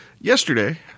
Yesterday